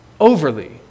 overly